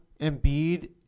Embiid